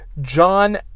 John